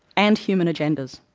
and human agendas.